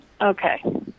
okay